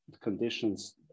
conditions